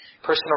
Personal